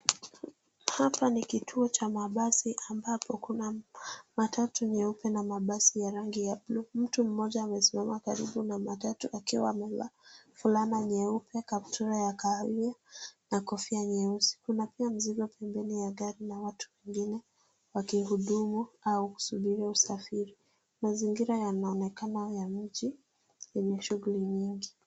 Hapa ni kituo cha mabasi ambapo kuna matatu nyeupe na mabasi ya rangi ya bluu. Mtu mmoja amesimama karibu na matatu akiwa amevaa fulana nyeupe, kaptura ya kahawia na kofia nyeusi, kuna pia mzigo pembeni ya gari na watu wengine wakihudumu au kusubiri usafiri. Mazingira yanaonekana ya mji yenye shughuli nyingi.